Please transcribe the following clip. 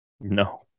No